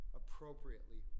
appropriately